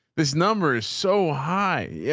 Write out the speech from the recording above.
this number is so high. yeah